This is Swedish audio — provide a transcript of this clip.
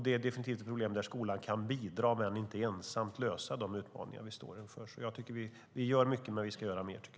Det är definitivt ett problem där skolan kan bidra men inte ensam lösa de utmaningar vi står inför. Vi gör mycket, men vi ska göra mer.